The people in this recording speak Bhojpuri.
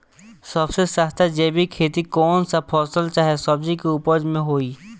सबसे सस्ता जैविक खेती कौन सा फसल चाहे सब्जी के उपज मे होई?